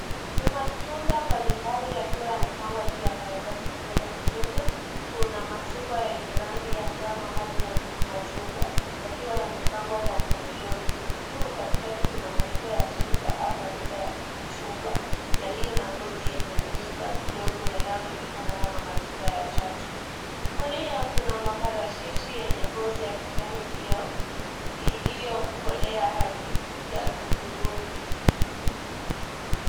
Ni matunda mbalimbali yakiwa yamepangwa juu ya karatasi kutoka kushoto. Kuna machungwa yenye rangi ya njano hadi ya machungwa, yakiwa yamepangwa kwa mpangilio mzuri. Juu katikati kuna matunda ya chenza au matunda ya kichungwa yaliyo na ngozi yenye miiba midogo yanayojulikana kama matunda ya chatu. Kulia kuna maparachichi yenye ngozi ya kijani iliyokolea hadi ya hudhurungi.